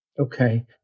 Okay